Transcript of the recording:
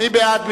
מי בעד?